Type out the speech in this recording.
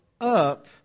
up